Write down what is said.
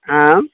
आम्